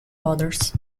others